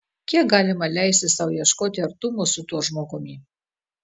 kiek galima leisti sau ieškoti artumo su tuo žmogumi